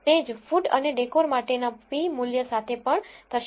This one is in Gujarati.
તે જ food અને decor માટેના p મૂલ્ય સાથે સાથે પણ થશે